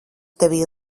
tevī